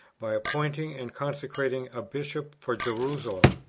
by appointing and consecrating a bishop for jerusalem.